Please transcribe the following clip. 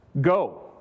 Go